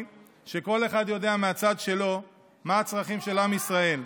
היופי בקואליציה שלנו הוא שכל אחד יודע מהצד שלו מה הצרכים של עם ישראל.